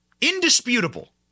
indisputable